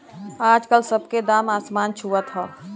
आजकल सब के दाम असमान छुअत हौ